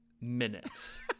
minutes